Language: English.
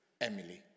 Emily